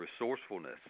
resourcefulness